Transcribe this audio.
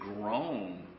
grown